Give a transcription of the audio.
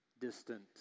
distant